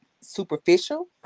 superficial